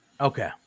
Okay